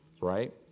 right